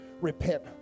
Repent